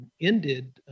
ended